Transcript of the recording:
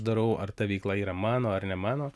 darau ar ta veikla yra mano ar ne mano